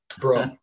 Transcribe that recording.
bro